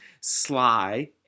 sly